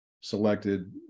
selected